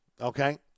Okay